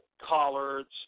collards